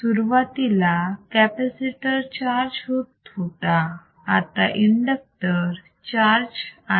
सुरवातीला capacitor charge होता आता इंडक्टर चार्ज आहे